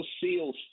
seals